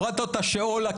הורדת אותה שאולה,